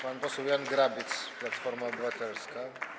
Pan poseł Jan Grabiec, Platforma Obywatelska.